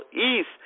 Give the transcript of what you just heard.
East